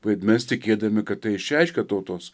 vaidmens tikėdami kad tai išreiškia tautos